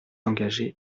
engagée